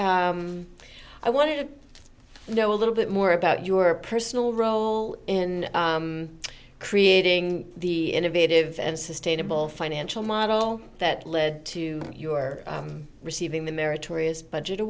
i want to know a little bit more about your personal role in creating the innovative and sustainable financial model that led to your receiving the